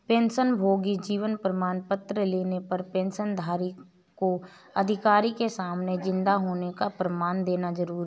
पेंशनभोगी जीवन प्रमाण पत्र लेने पर पेंशनधारी को अधिकारी के सामने जिन्दा होने का प्रमाण देना जरुरी नहीं